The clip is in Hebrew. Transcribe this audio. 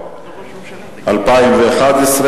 בפברואר 2011,